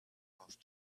off